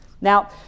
now